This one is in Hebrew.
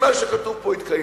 אם מה שכתוב פה יתקיים,